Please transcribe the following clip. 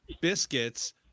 biscuits